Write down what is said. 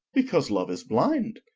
because love is blind.